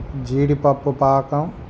జీడిపప్పు పాకం